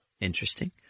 Interesting